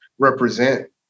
represent